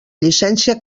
llicència